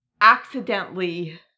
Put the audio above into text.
accidentally